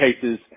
cases